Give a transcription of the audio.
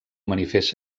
manifest